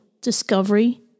discovery